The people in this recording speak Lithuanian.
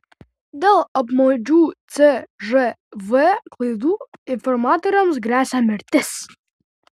dėl apmaudžių cžv klaidų informatoriams gresia mirtis